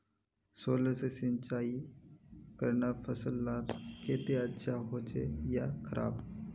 Solar से सिंचाई करना फसल लार केते अच्छा होचे या खराब?